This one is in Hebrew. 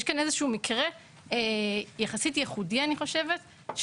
יש כאן מקרה יחסית ייחודי אני חושבת,